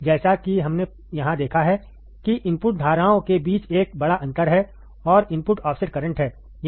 जैसा कि हमने यह देखा है कि इनपुट धाराओं के बीच एक बड़ा अंतर है और इनपुट ऑफसेट करंट है